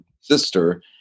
sister